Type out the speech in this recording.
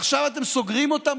ועכשיו אתם סוגרים אותם,